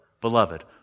beloved